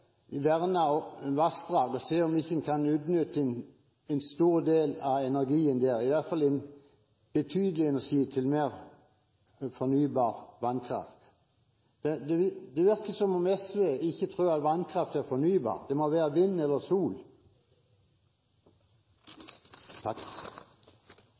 vassdrag og se om en ikke kan utnytte en stor del av energien der, i hvert fall betydelig energi, til mer fornybar vannkraft. Det virker som om SV ikke tror at vannkraft er fornybar, men at det må være vind eller